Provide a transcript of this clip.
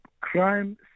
crime